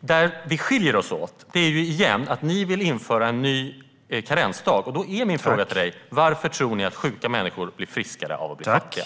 Det som skiljer oss åt är att ni vill införa en ny karensdag. Då är min fråga till dig: Varför tror ni att sjuka människor blir friskare av att bli fattiga?